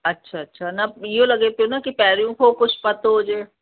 अच्छा अच्छा न इहो लॻे पियो न की पहिरों खां कुझु पतो हुजे